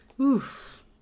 Oof